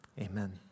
amen